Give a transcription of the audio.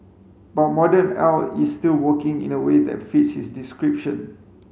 but modern is still working in a way that fits his description